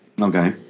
Okay